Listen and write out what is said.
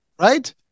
right